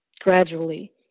gradually